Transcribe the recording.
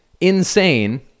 Insane